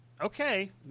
okay